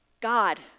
god